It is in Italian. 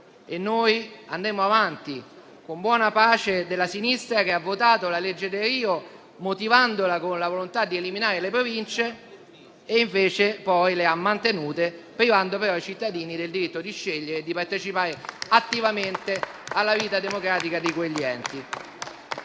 e andremo avanti con buona pace della sinistra, che ha votato la legge Delrio, motivandola con la volontà di eliminare le Province, quando, invece, le ha mantenute, privando, però, i cittadini del diritto di scegliere e di partecipare attivamente alla vita democratica di quegli enti.